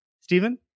Stephen